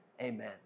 amen